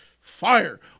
Fire